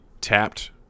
tapped